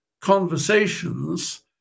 conversations